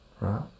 right